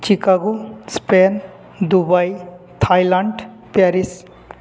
Chicago Spain Dubai Thailand Paris